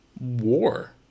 war